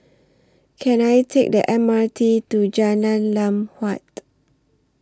Can I Take The M R T to Jalan Lam Huat